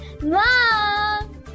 Mom